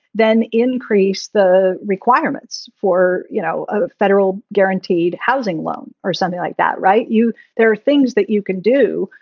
then increase the requirements for, you know, a federal guaranteed housing loan or something like that. right. you there are things that you can do,